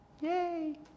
Yay